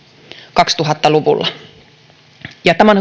kaksituhatta luvulla tämä on